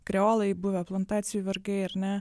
kreolai buvę plantacijų vergai ar ne